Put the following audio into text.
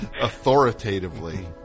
authoritatively